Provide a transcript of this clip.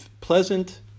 pleasant